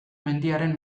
mendiaren